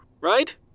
right